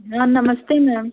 हाँ नमस्ते मैम